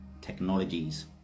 technologies